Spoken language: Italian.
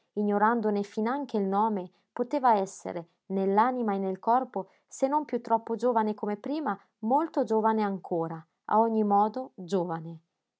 senza domandarne notizia ignorandone finanche il nome poteva essere nell'anima e nel corpo se non piú troppo giovane come prima molto giovane ancora a ogni modo giovane